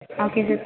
okay sir